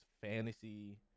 fantasy